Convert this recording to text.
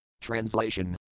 Translation